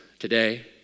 Today